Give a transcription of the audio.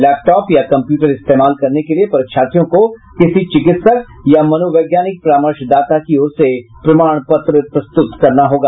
laptop या computer इस्तेमाल के लिए परीक्षार्थियों को किसी चिकित्सक या मनोवैज्ञानिक परामर्शदाता की ओर से प्रमाण पत्र प्रस्तुत करना होगा